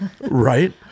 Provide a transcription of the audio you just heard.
Right